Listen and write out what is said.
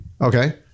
Okay